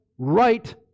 Right